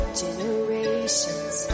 generations